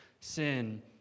sin